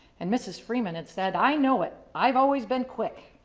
and mrs. freeman had said, i know it. i've always been quick.